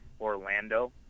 Orlando –